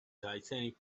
gigantic